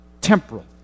temporal